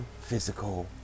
physical